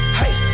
hey